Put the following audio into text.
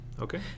Okay